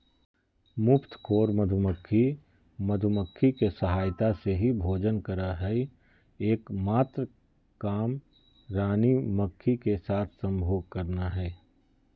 मुफ्तखोर मधुमक्खी, मधुमक्खी के सहायता से ही भोजन करअ हई, एक मात्र काम रानी मक्खी के साथ संभोग करना हई